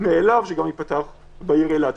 מאליו שגם ייפתח בעיר אילת.